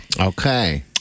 Okay